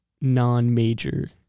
non-major